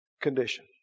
condition